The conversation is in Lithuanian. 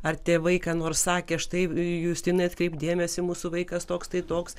ar tėvai ką nors sakė štai justinai atkreipk dėmesį mūsų vaikas toks tai toks